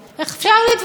אפשר להתווכח.